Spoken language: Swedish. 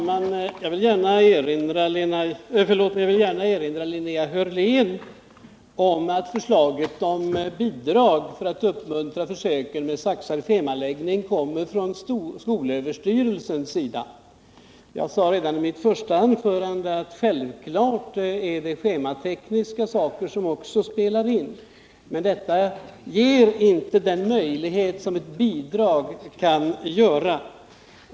Herr talman! Jag vill gärna erinra Linnea Hörlén om att förslaget om bidrag för att uppmuntra försöken med saxad schemaläggning kommer från skolöverstyrelsen. Jag sade redan i mitt första anförande att det är självklart att också schematekniska faktorer spelar in, men de ger inte sådana möjligheter som ett bidrag kan ge.